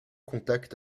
contact